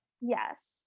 Yes